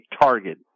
target